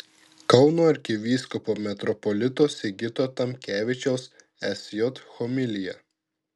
kauno arkivyskupo metropolito sigito tamkevičiaus sj homilija